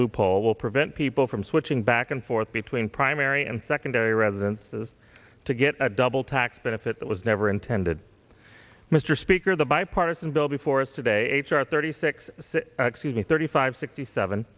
loophole will prevent people from switching back and forth between primary and secondary residences to get double tax benefit that was never intended mr speaker the bipartisan bill before us today h r thirty six excuse me thirty five sixty seven